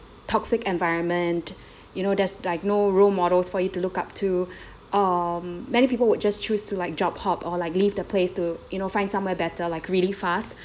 toxic environment you know there's like no role models for you to look up to um many people would just choose to like job hop or like leave the place to you know find somewhere better like really fast